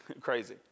crazy